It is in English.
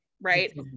right